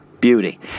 beauty